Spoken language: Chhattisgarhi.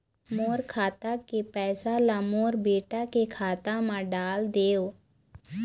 मोर खाता के पैसा ला मोर बेटा के खाता मा डाल देव?